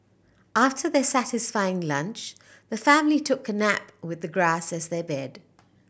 after their satisfying lunch the family took a nap with the grass as their bed